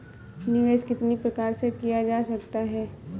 निवेश कितनी प्रकार से किया जा सकता है?